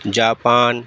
Japan